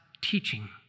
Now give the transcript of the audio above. teaching